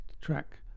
track